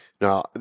Now